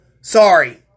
Sorry